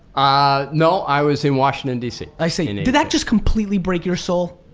ah no, i was in washington, dc. i see, and did that just completely break your soul?